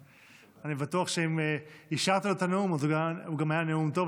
אני בטוח שאם אישרת לו את הנאום הוא גם היה נאום טוב,